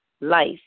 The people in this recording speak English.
life